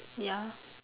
ya